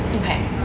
Okay